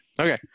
Okay